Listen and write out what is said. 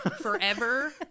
forever